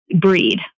breed